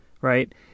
right